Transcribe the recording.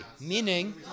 Meaning